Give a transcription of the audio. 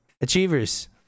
Achievers